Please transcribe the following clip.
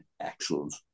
Excellent